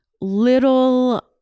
little